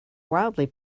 widely